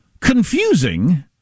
confusing